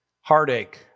heartache